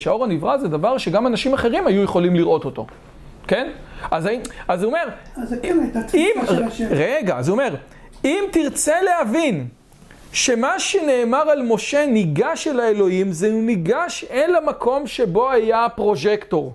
שהאור הנברא זה דבר שגם אנשים אחרים היו יכולים לראות אותו, כן? אז הוא אומר... את... רגע, אז הוא אומר, אם תרצה להבין שמה שנאמר על משה ניגש אל האלוהים, זה הוא ניגש אל המקום שבו היה הפרוג'קטור.